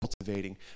cultivating